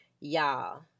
Y'all